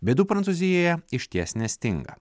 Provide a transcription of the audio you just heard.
bėdų prancūzijoje išties nestinga